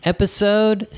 Episode